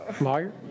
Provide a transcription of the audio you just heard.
Lawyer